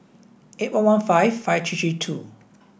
eight one one five five three three two